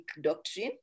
doctrine